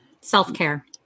Self-care